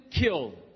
killed